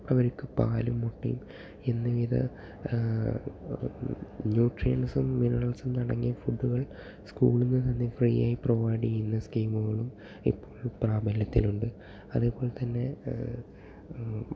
അവർക്ക് പാലും മുട്ടയും എന്നീവിധ ന്യൂട്ട്റിയൻസ്സും മിനറൽസ്സും അടങ്ങിയ ഫുഡ്ഡുകൾ സ്കൂളിൽ നിന്നു തന്നെ ഫ്രീ ആയി പ്രൊവൈഡ് ചെയുന്ന സ്കീമുകളും ഇപ്പോൾ പ്രാബല്യത്തിലുണ്ട് അതേപോലെതന്നെ